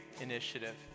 initiative